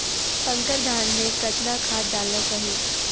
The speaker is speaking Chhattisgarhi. संकर धान मे कतना खाद डालना चाही?